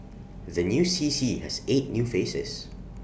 the new C C has eight new faces